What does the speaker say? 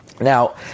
Now